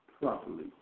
properly